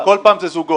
זה כל פעם זה זוגות.